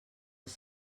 als